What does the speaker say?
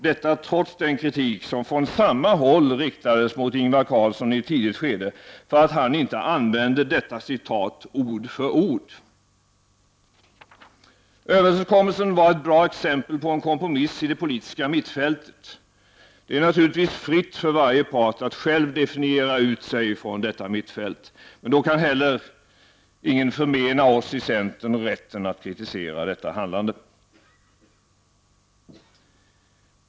Detta sker trots den kritik som från samma håll riktades mot Ingvar Carlsson i ett tidigt skede för att han inte använde detta citat ord för ord. Överenskommelsen var ett bra exempel på en kompromiss i det politiska mittfältet. Det är naturligtvis fritt för varje part att själv definiera ut sig från detta mittfält. Men då kan ingen heller förmena oss i centern rätten att kritisera detta handlande.